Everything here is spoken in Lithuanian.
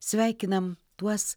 sveikinam tuos